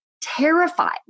terrified